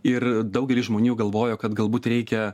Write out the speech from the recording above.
ir daugelis žmonių galvojo kad galbūt reikia